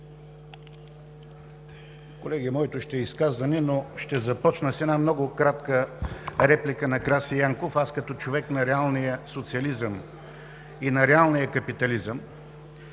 Колеги, моето ще е изказване, но ще започна с една много кратка реплика на Краси Янков. Аз, като човек на реалния социализъм и на реалния капитализъм,